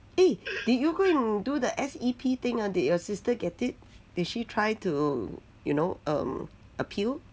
eh did you go and do the S_E_P thing ah did your sister get it did she try to you know um appeal